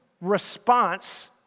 response